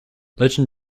legend